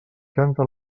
canta